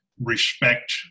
respect